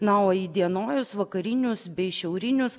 na o įdienojus vakarinius bei šiaurinius